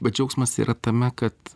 bet džiaugsmas yra tame kad